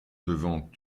devant